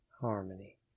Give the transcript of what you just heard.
harmony